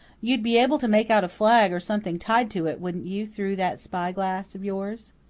you'd be able to make out a flag or something tied to it, wouldn't you, through that spy-glass of yours?